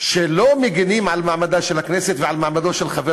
שלא מגינים על מעמדה של הכנסת ועל מעמדו של חבר